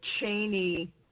Cheney